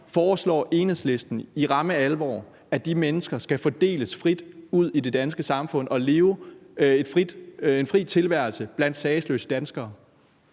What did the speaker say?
Foreslår Enhedslisten i ramme alvor, at de mennesker skal fordeles frit ud i det danske samfund og leve en fri tilværelse blandt sagesløse danskere?